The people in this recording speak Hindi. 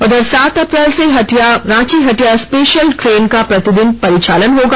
उधर सात अप्रैल से रांची हटिया स्पेशल ट्रेन का प्रतिदिन परिचालन होगा